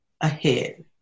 ahead